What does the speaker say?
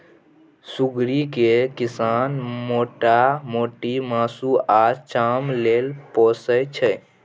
सुग्गरि केँ किसान मोटा मोटी मासु आ चाम लेल पोसय छै